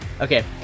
Okay